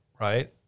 right